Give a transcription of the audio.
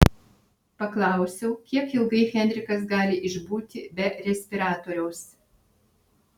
paklausiau kiek ilgai henrikas gali išbūti be respiratoriaus